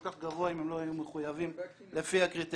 כך גבוה אם לא היו מחויבים לפי הקריטריונים.